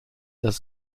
das